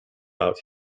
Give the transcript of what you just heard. out